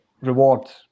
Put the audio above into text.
rewards